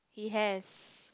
he has